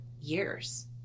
years